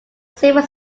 silver